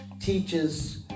teaches